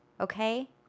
Okay